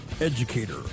Educator